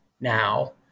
now